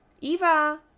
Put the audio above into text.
Eva